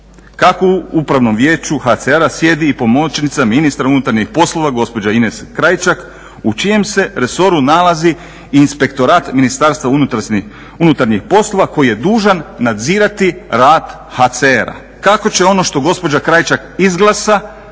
kako u Upravnom vijeću HCR-a sjedi i pomoćnica ministra unutarnjih poslova gospođa Ines Krajčak u čijem se resoru nalazi i Inspektorat Ministarstva unutarnjih poslova koji je dužan nadzirati rad HCR-a. Kako će ono što gospođa Krajčak izglasa